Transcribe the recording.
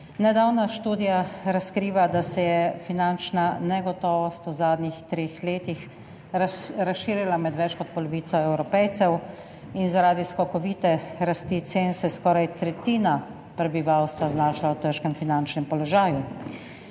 Nedavna študija razkriva, da se je finančna negotovost v zadnjih treh letih razširila med več kot polovico Evropejcev in zaradi skokovite rasti cen se je skoraj tretjina prebivalstva znašla v težkem finančnem položaju.